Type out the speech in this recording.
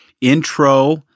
intro